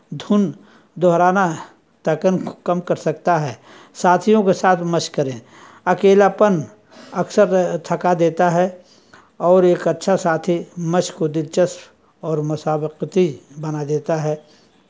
دھن دہرانہ تھکن کو کم کر سکتا ہے ساتھیوں کے ساتھ مشق کریں اکیلا پن اکثر تھکا دیتا ہے اور ایک اچھا ساتھی مشق کو دلچسپ اور مسابقتی بنا دیتا ہے